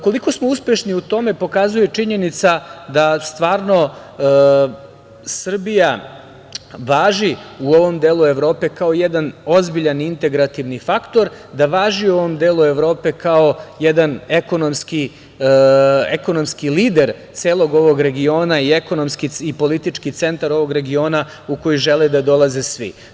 Koliko smo uspešni u tome pokazuje činjenica da stvarno Srbija važi u ovom delu Evrope kao jedan ozbiljan integrativni faktor, da važi u ovom delu Evrope kao jedan ekonomski lider celog ovog regiona i ekonomski i politički centar ovog regiona u koji žele da dolaze svi.